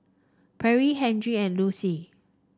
Perri Henri and Lucie